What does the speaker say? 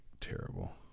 terrible